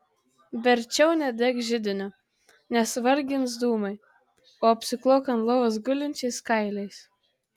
verčiau nedek židinio nes vargins dūmai o apsiklok ant lovos gulinčiais kailiais